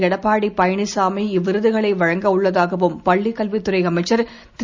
எடப்பாடி பழனிசாமி இவ்விருதுகளை வழங்கவுள்ளதாகவும் பள்ளிக் கல்வித்துறை அமைச்சர் திரு